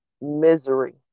Misery